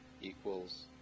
equals